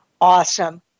awesome